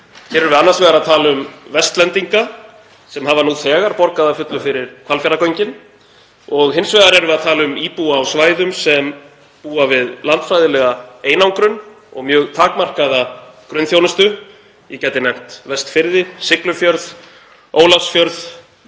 Hér erum við annars vegar að tala um Vestlendinga sem hafa nú þegar borgað að fullu fyrir Hvalfjarðargöngin og hins vegar íbúa á svæðum sem búa við landfræðilega einangrun og mjög takmarkaða grunnþjónustu. Ég gæti nefnt Vestfirði, Siglufjörð, Ólafsfjörð